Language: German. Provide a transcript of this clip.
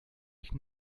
ich